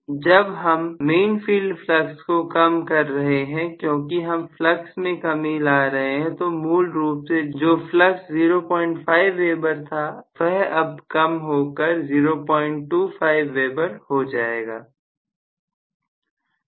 जब हम main field flux को कम कर रहे हैं क्योंकि हम फ्लक्स में कमी ला रहे हैं तो मूल रूप से जो फ्लक्स 05 Weber था वह अब कम हो कर 025 Weber हो जाएगा